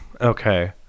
Okay